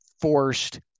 forced